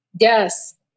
Yes